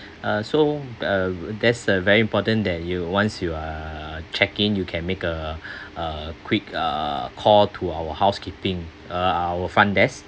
uh so uh there's a very important that you once you are check-in you can make a a quick err call to our housekeeping uh ourfront desk